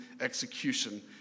execution